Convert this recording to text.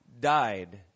died